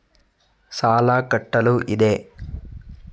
ಸಾಲ ಕಟ್ಟಲು ಇದೆ